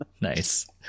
Nice